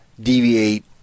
deviate